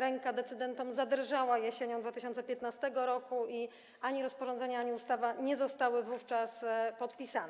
ręka decydentom zadrżała jesienią 2015 r. i ani rozporządzenie, ani ustawa nie zostały wówczas podpisane.